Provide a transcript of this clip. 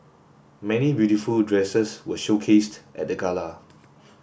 many beautiful dresses were showcased at the gala